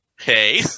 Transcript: Hey